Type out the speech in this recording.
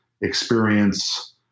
experience